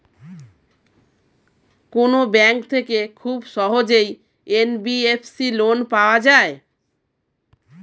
কোন ব্যাংক থেকে খুব সহজেই এন.বি.এফ.সি লোন পাওয়া যায়?